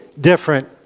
different